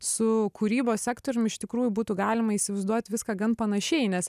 su kūrybos sektorium iš tikrųjų būtų galima įsivaizduot viską gan panašiai nes